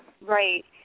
Right